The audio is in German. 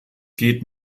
geht